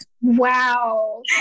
Wow